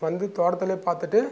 வந்து தோட்டத்திலே பார்த்துட்டு